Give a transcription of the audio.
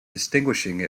distinguishing